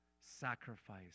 sacrifice